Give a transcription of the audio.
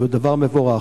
זה דבר מבורך.